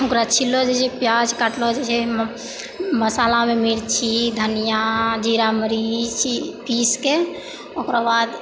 ओकरा छीललो जाइ छै प्याज काटलो जाइ छै मशाला मे मिर्ची धनिया जीरा मरीच पीस के ओकरो बाद